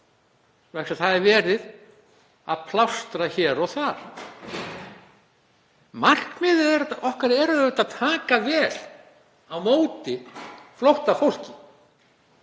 það er verið að plástra hér og þar. Markmiðið er auðvitað að taka vel á móti flóttafólki,